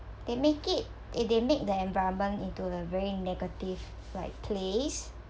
they make it eh they make the environment into the very negative like place